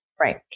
Right